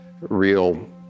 real